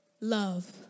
Love